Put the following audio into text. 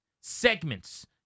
segments